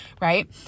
right